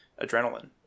adrenaline